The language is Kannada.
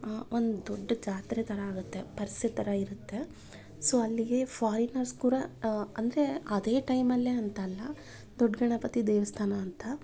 ಒಂದು ದೊಡ್ಡ ಜಾತ್ರೆ ಥರ ಆಗುತ್ತೆ ಪರಿಷೆ ಥರ ಇರುತ್ತೆ ಸೊ ಅಲ್ಲಿಗೆ ಫಾರಿನರ್ಸ್ ಕೂಡ ಅಂದರೆ ಅದೇ ಟೈಮಲ್ಲೆ ಅಂತಲ್ಲ ದೊಡ್ಡ ಗಣಪತಿ ದೇವಸ್ಥಾನ ಅಂತ